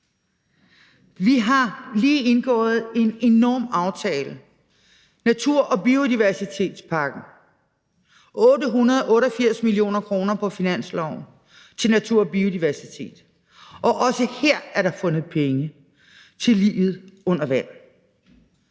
Vi har lige indgået en enorm aftale – natur- og biodiversitetspakken – til 888 mio. kr. på finansloven til natur og biodiversitet. Og også her er der fundet penge til livet under vand.